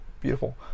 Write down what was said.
beautiful